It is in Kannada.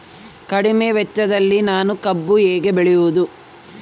ಕಡಿಮೆ ವೆಚ್ಚದಲ್ಲಿ ನಾನು ಕಬ್ಬು ಹೇಗೆ ಬೆಳೆಯಬಹುದು?